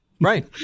Right